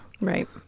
Right